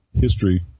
History